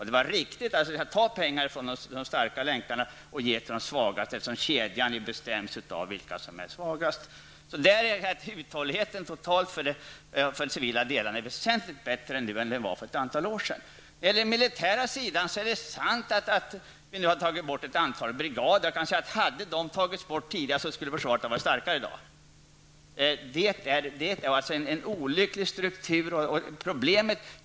Det var riktigt att ta pengar från de starka länkarna och ge till de svaga, så som vi gjorde 1987, eftersom kedjan bestäms av de svagaste. I fråga om den militära sidan är det sant att vi nu har tagit bort ett antal brigader. Hade dessa tagits bort tidigare, skulle försvaret i dag ha varit starkare. Det är alltså fråga om en felaktig struktur.